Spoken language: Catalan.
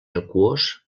aquós